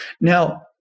Now